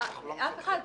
אף אחד.